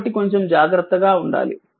కాబట్టి కొంచెం జాగ్రత్తగా ఉండాలి